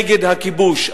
נגד הכיבוש.